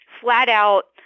flat-out